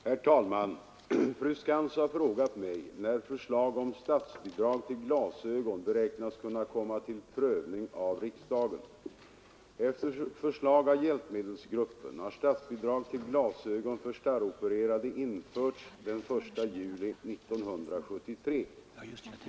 Herr talman! Fru Skantz har frågat mig när förslag om statsbidrag till glasögon beräknas kunna komma till prövning av riksdagen. Efter förslag av hjälpmedelsgruppen har statsbidrag till glasögon för starropererade införts den 1 juli 1973.